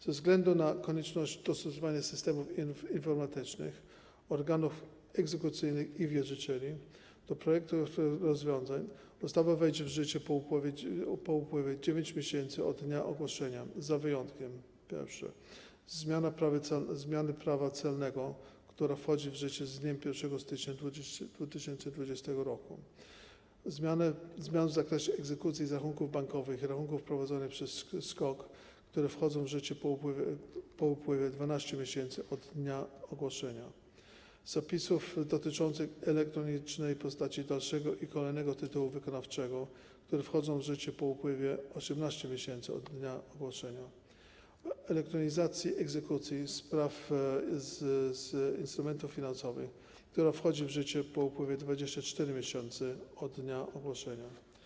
Ze względu na konieczność dostosowania systemów informatycznych - organów egzekucyjnych i wierzycieli - do projektowanych rozwiązań ustawa wejdzie w życie po upływie 9 miesięcy od dnia ogłoszenia, z wyjątkiem: zmiany Prawa celnego, która wchodzi w życie z dniem 1 stycznia 2020 r., zmian w zakresie egzekucji z rachunków bankowych i rachunków prowadzonych przez SKOK, które wchodzą w życie po upływie 12 miesięcy od dnia ogłoszenia, zapisów dotyczących elektronicznej postaci dalszego i kolejnego tytułu wykonawczego, które wchodzą w życie po upływie 18 miesięcy od dnia ogłoszenia, elektronizacji egzekucji z praw z instrumentów finansowych, która wchodzi w życie po upływie 24 miesięcy od dnia ogłoszenia.